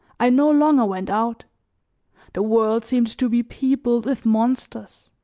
i no longer went out the world seemed to be peopled with monsters,